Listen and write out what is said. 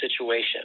situation